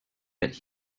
that